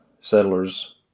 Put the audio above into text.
settlers